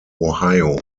ohio